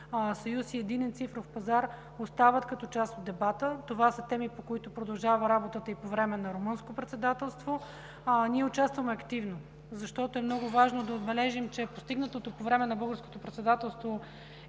съюз и Единен цифров пазар остават като част от дебата. Това са теми, по които продължава работата и по време на Румънското председателство. Ние участваме активно, защото е много важно да отбележим, че постигнатото по време на Българското председателство